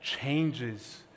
changes